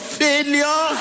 failure